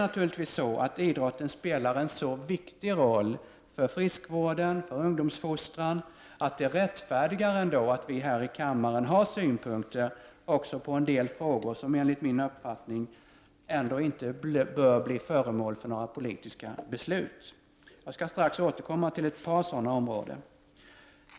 Samtidigt spelar idrotten naturligtvis en så viktig roll, t.ex. för ungdomsfostran och friskvård, att det ändå rättfärdigar att vi här i kammaren har synpunkter också på en del frågor som enligt min uppfattning inte bör bli föremål för politiska beslut. Jag skall strax återkomma till ett par sådana områden.